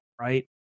right